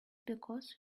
because